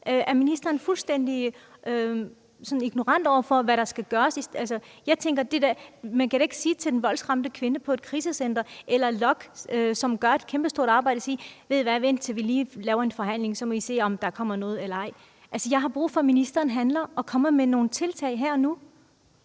Er ministeren fuldstændig sådan ignorant , over for hvad der skal gøres? Altså, man kan da ikke til den voldsramte kvinde på et krisecenter eller til LOKK, som gør et kæmpestort arbejde, sige: Ved I hvad, vent lige, til vi har en forhandling, og så må vi se, om der kommer noget eller ej. Jeg har brug for, at ministeren handler og kommer med nogle tiltag her og nu.